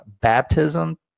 baptism